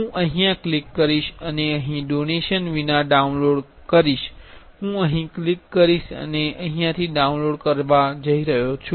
હું અહીં ક્લિક કરીશ અને અહીં ડોનેશન વિના ડાઉનલોડ છે હું અહીં ક્લિક કરીશ અને હું અહીં ડાઉનલોડ કરીશ